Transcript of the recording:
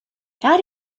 how